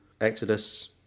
Exodus